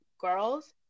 girls